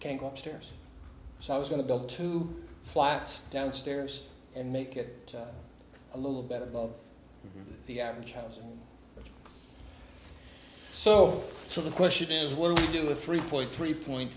can't go upstairs so i was going to build two flats downstairs and make it a little bit above the average house so so the question is will we do a three point three point